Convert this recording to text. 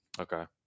Okay